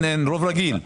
רוב רגיל.